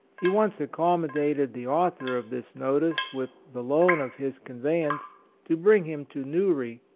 he once accommodated the author of this notice with the loan of his conveyance to bring him to jntewry,